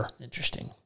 Interesting